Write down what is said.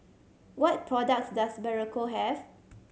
what products does Berocca have